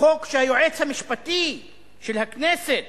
חוק שהיועץ המשפטי של הכנסת